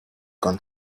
gone